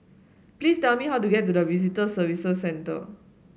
please tell me how to get to Visitor Services Centre